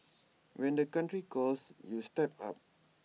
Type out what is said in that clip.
when the country calls you step up